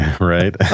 Right